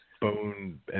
bone